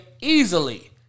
easily